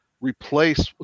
replace